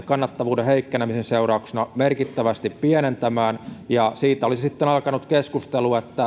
kannattavuuden heikkenemisen seurauksena merkittävästi pienentämään ja siitä olisi sitten alkanut keskustelu että